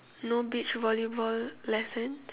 no beach volleyball lesson